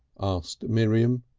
asked miriam.